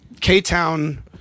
K-Town